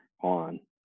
on